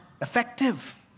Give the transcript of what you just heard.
effective